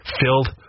filled